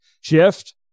shift